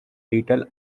little